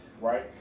Right